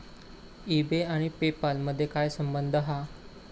E बे आणि PayPal मधे काय संबंध हा?